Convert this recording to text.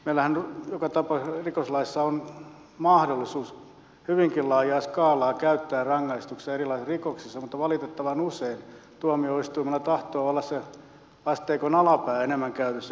meillähän joka tapauksessa rikoslaissa on mahdollisuus hyvinkin laajaa skaalaa käyttää rangaistuksia erilaisissa rikoksissa mutta valitettavan usein tuomioistuimella tahtoo olla se asteikon alapää enemmän käytössä kuin yläpää